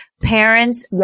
parents